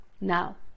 Now